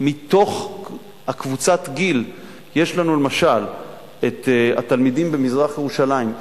מתוך קבוצת גיל יש לנו למשל את התלמידים במזרח-ירושלים,